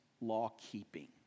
law-keeping